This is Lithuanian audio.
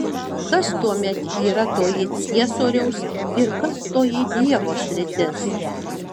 kas tuomet yra toji ciesoriaus ir kas toji dievo sritis